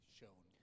shown